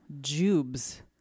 Jubes